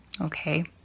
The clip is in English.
okay